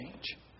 change